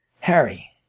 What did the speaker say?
harry,